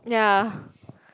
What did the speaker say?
ya